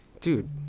Dude